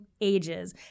ages